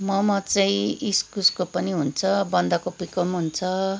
मोमो चाहिँ इस्कुसको पनि हुन्छ बन्दाकोपीको पनि हुन्छ